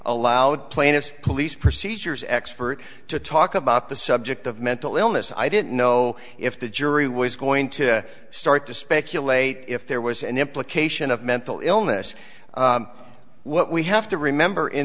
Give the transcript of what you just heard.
allowed plaintiffs police procedures expert to talk about the subject of mental illness i didn't know if the jury was going to start to speculate if there was an implication of mental illness what we have to remember in